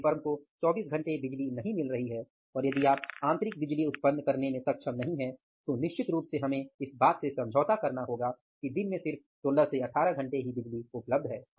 यदि फर्म को 24 घंटे बिजली नहीं मिल रही है और यदि आप आंतरिक बिजली उत्पन्न करने में सक्षम नहीं हैं तो निश्चित रूप से हमें इस बात से समझौता करना होगा कि दिन में सिर्फ 16 से 18 घंटे ही बिजली उपलब्ध है